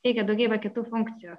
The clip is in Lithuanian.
teikia daugybę kitų funkcijų